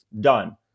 done